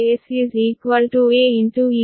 ಆದ್ದರಿಂದ ಇದು Ep Es